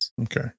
Okay